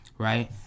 right